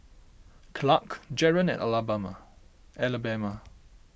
Clarke Jaren and Alabama